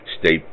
State